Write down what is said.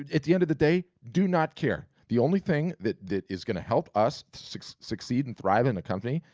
at the end of the day, do not care. the only thing that that is gonna help us succeed and thrive in a company,